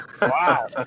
wow